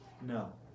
No